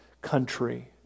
country